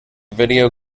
video